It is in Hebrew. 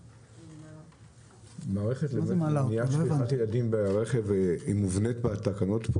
מערכת למניעת שכחת ילדים ברכב מובנית בתקנות,